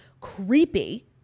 creepy